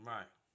Right